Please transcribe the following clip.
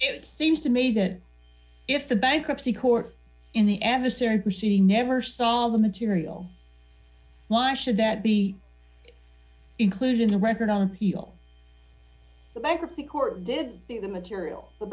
it seems to me that if the bankruptcy court in the adversary she never saw the material why should that be included in the record on eagle the bankruptcy court did see the material the